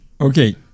Okay